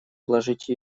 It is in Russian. вложить